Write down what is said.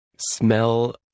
smell